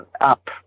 up